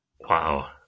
Wow